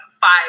five